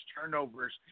turnovers